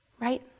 right